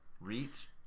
reach